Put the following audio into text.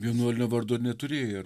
vienuolio vardo ir neturėjai ar